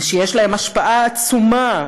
שיש להם השפעה עצומה.